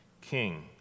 King